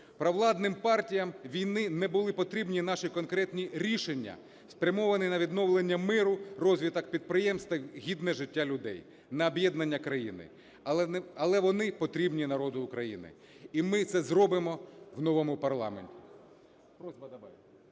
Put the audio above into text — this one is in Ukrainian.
Провладним "партіям війни" не були потрібні наші конкретні рішення, спрямовані на відновлення миру, розвиток підприємств та гідне життя людей, на об'єднання країни. Але вони потрібні народу України. І ми це зробимо в новому парламенті.